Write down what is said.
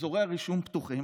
אזורי הרישום פתוחים,